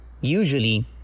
Usually